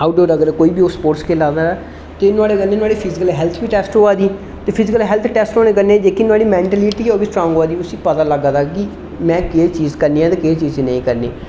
out डोर अगर कोई बी ओह् स्पोर्ट्स खेला दा ऐ ते नुआढ़े कन्नै नुआढ़ी फिजिकल हैल्थ बी टैस्ट होआ दी ते फिजिकल हैल्थ टैस्ट होने कन्नै जेहकी नुआढ़ी मेंटीलिटी ऐ ओह् बी स्ट्रांग होआ दी उसी पता लग्गा दा कि मैं केह् चीज करनी ऐ ते केह चीज नेईं करनी